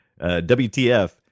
WTF